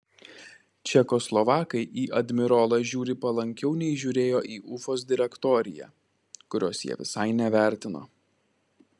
čekoslovakai į admirolą žiūri palankiau nei žiūrėjo į ufos direktoriją kurios jie visai nevertino